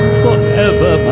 forever